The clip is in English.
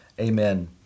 Amen